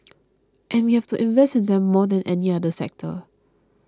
and we have to invest in them more than any other sector